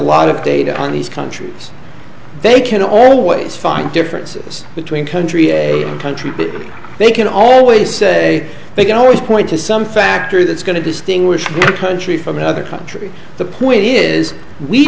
lot of data on these countries they can always find differences between country a country they can always say they can always point to some factor that's going to distinguish punchy from another country the point is we